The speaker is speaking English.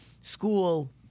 School